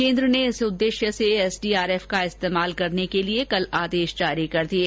केन्द्र ने इस उददेश्य से एसडीआरएफ का इस्तेमाल करने के लिए कल आदेश जारी कर दिये